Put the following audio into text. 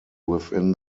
within